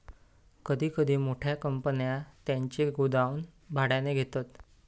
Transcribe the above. कधी कधी मोठ्या कंपन्या त्यांचे गोडाऊन भाड्याने घेतात